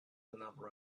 another